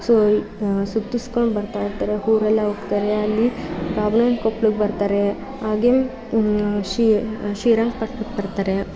so ಸುತ್ತಿಸ್ಕೊಂಡು ಬರ್ತಾ ಇರ್ತಾರೆ ಊರೆಲ್ಲಾ ಹೋಗ್ತಾರೆ ಅಲ್ಲಿ ಬಾಗ್ಲನ ಕೊಪ್ಳಕ್ಕೆ ಬರ್ತಾರೆ ಹಾಗೆ ಶ್ರೀ ಶ್ರೀರಂಗಪಟ್ಣಕ್ಕೆ ಬರ್ತಾರೆ